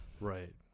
Right